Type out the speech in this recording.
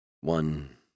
One